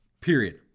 Period